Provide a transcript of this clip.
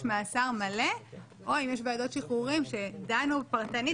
מאסר מלא או אם יש ועדות שחרורים שדנו פרטנית,